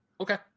Okay